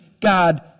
God